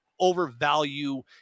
overvalue